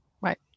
Right